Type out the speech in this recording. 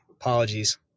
apologies